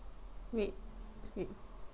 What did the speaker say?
wait wait